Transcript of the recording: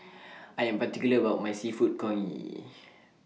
I Am particular about My Seafood Congee